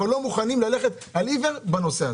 אבל לא מוכנים ללכת על עיוור בנושא הזה.